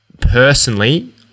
personally